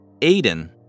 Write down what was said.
Aiden